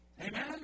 Amen